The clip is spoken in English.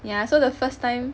yeah so the first time